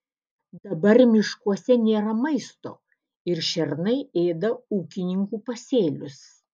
dabar miškuose nėra maisto ir šernai ėda ūkininkų pasėlius